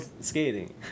skating